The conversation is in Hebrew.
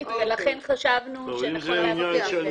סיבובית ולכן חשבנו שנכון להבהיר.